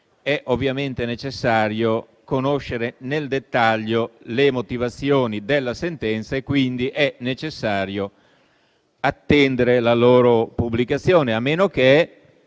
è ovviamente necessario conoscere nel dettaglio le motivazioni della sentenza: quindi è necessario attendere la loro pubblicazione, a meno che